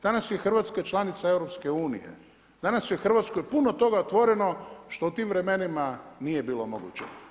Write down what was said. Danas je Hrvatska članica EU-a, danas je u Hrvatskoj puno tog otvoreno što u tim vremenima nije bilo moguće.